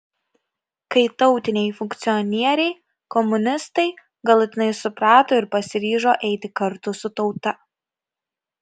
kai tautiniai funkcionieriai komunistai galutinai suprato ir pasiryžo eiti kartu su tauta